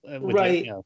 right